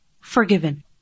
forgiven